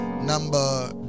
Number